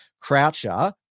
croucher